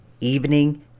evening